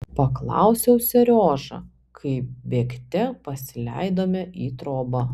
paklausiau seriožą kai bėgte pasileidome į trobą